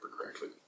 correctly